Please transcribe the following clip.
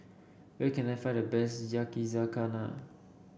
where can I find the best Yakizakana